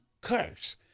curse